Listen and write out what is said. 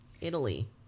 Italy